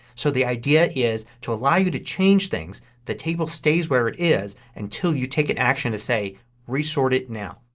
so the idea is to allow you to change things the table stays where it is until you take an action to say resort it now.